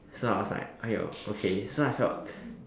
so I was like !aiyo! okay so I felt